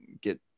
get